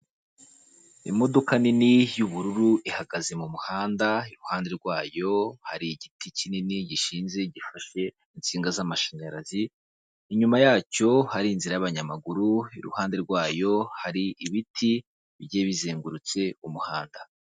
Imodoka nini y'ubururu ihagaze mu muhanda, iruhande rwayo hari igiti kinini gishinze gifashe insinga z'amashanyarazi, inyuma yacyo hari inzira y'abanyamaguru, iruhande rwayo hari ibiti bigiye bizengurutse umuhanda.